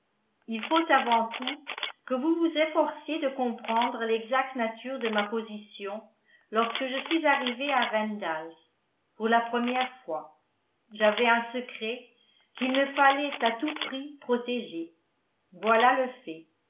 il faut avant tout que vous vous efforciez de comprendre l'exacte nature de ma position lorsque je suis arrivé à randalls pour la première fois j'avais un secret qu'il me fallait à tout prix protéger voilà le fait